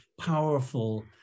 powerful